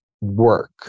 work